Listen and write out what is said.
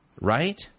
right